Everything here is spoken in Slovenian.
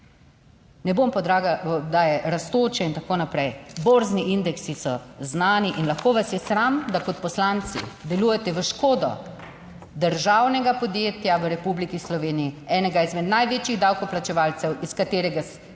Ne bom / nerazumljivo/, je rastoče in tako naprej, borzni indeksi so znani. In lahko vas je sram, da kot poslanci delujete v škodo državnega podjetja v Republiki Sloveniji, enega izmed največjih davkoplačevalcev, iz katerega se plačuje